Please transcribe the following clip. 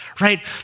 right